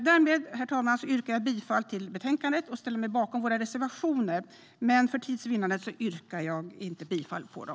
Därmed, herr talman, yrkar jag bifall till utskottets förslag och ställer mig bakom våra reservationer, men för tids vinnande yrkar jag inte bifall till dem.